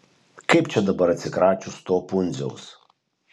kaip čia dabar atsikračius to pundziaus